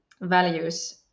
values